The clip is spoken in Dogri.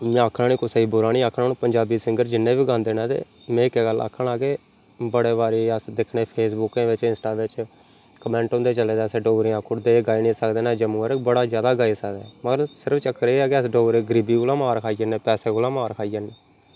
इयां आखना नेईं कुसै गी बुरा नी आखन हून पंजाबी सिंगर जिन्ने बी गांदे न ते में इक्कै गल्ल आखना के बड़े बारी अस दिक्खने फेसबुकें बेच्च इंस्टा बेच्च कमेंट होंदे चले दे असें डोगरे आक्खी ओड़दे एह् गाई नी सकदे डोगरे जम्मू आह्ले बड़ा ज्यादा गाई सकदे बस सिर्फ चक्कर एह् ऐ कि अस डोगरे गरीबी कोला मार खाई जन्ने पैसें कोला मार खाई जन्ने